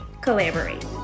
collaborate